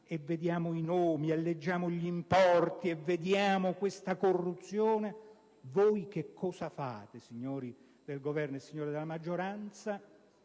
e vediamo i nomi, leggiamo gli importi e vediamo questa corruzione, che cosa fate voi, signori del Governo e signori della maggioranza?